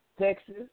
Texas